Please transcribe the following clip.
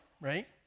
right